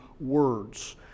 words